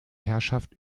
herrschaft